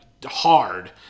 Hard